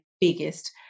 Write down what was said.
biggest